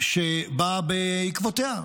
שבאה בעקבותיה.